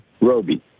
Roby